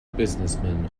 businessmen